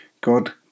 God